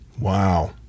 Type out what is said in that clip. Wow